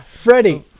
Freddie